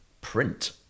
print